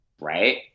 right